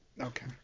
okay